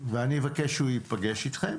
ואני אבקש שהוא ייפגש אתכם.